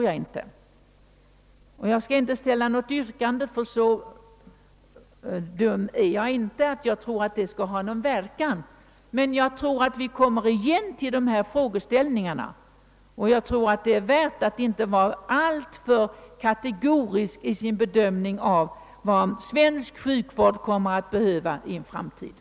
Jag skall inte ställa något yrkande; jag är inte så dum att jag tror att det skulle ha någon verkan. Men jag tror att vi kommer igen till dessa frågeställningar, och jag tror att det är klokt att inte vara alltför kategorisk i sin bedömning av vad svensk sjukvård kommer att behöva i framtiden.